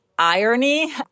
irony